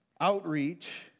outreach